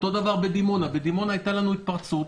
אותו דבר בדימונה בדימונה הייתה לנו התפרצות